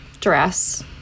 dress